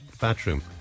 bathroom